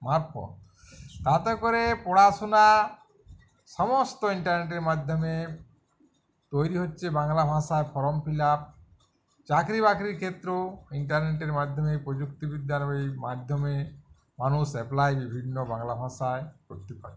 মারফৎ তাতে করে পড়াশোনা সমস্ত ইন্টারনেটের মাধ্যমে তৈরি হচ্ছে বাংলা ভাঁষার ফর্ম ফিল আপ চাকরি বাকরির ক্ষেত্রেও ইন্টারনেটের মাধ্যমে প্রযুক্তিবিদ্যার এই মাধ্যমে মানুষ অ্যাপলাই বিভিন্ন বাংলা ভাঁষায় কোত্তে পাচ্ছে